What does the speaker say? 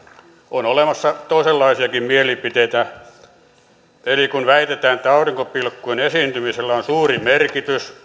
on olemassa toisenlaisiakin mielipiteitä esimerkiksi väitetään että aurinkopilkkujen esiintymisellä on suuri merkitys